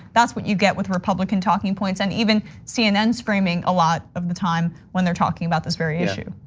that's what you get with republican talking points and even cnn streaming a lot of the time when they're talking about this very issue